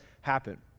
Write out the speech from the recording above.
happen